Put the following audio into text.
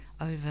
over